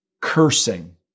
cursing